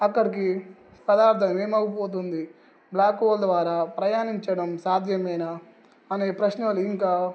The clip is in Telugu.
అక్కడికి పదార్థం ఏమైపోతుంది బ్లాక్ హోల్ ద్వారా ప్రయాణించడం సాధ్యమేనా అనే ప్రశ్నలు ఇంకా